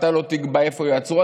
אתה לא תקבע איפה יעצרו.